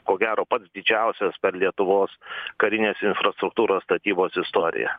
ko gero pats didžiausias per lietuvos karinės infrastruktūros statybos istoriją